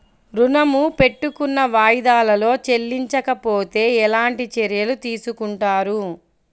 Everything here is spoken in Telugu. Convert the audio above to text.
ఋణము పెట్టుకున్న వాయిదాలలో చెల్లించకపోతే ఎలాంటి చర్యలు తీసుకుంటారు?